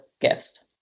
gifts